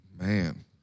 Man